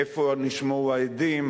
איפה נשמעו העדים,